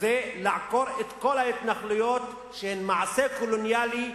זה לעקור את כל ההתנחלויות שהן מעשה קולוניאלי,